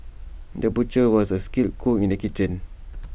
the butcher was also A skilled cook in the kitchen